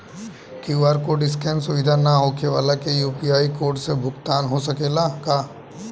QR code scan सुविधा ना होखे वाला के यू.पी.आई कोड से भुगतान हो सकेला का?